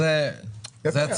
זה כן משקף.